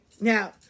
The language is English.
Now